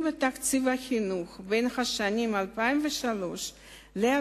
בתקציבי החינוך בין השנים 2003 ו-2006